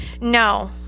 No